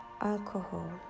alcohol